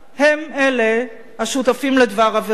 הם אלה השותפים לדבר עבירה.